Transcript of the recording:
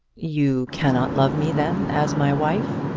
you cannot love me then as my wife?